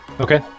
Okay